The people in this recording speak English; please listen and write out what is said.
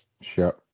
Sure